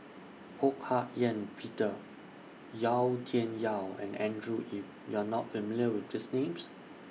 Ho Hak Ean Peter Yau Tian Yau and Andrew Yip YOU Are not familiar with These Names